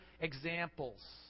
examples